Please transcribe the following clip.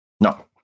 No